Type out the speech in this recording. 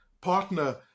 partner